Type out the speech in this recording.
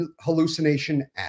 hallucination